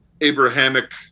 Abrahamic